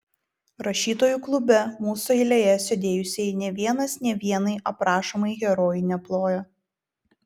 rašytojų klube mūsų eilėje sėdėjusieji nė vienas nė vienai aprašomai herojai neplojo